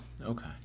okay